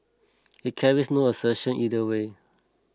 it carries no assertion either way